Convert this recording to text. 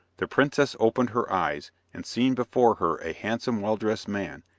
the princess opened her eyes, and seeing before her a handsome well-dressed man,